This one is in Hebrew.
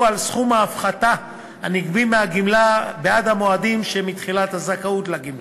על סכום ההפחתה הנגבה מהגמלה בעד המועדים שמתחילת הזכאות לגמלה.